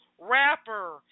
rapper